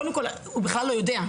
קודם כל הוא בכלל לא יודע.